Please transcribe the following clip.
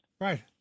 Right